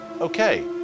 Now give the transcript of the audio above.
okay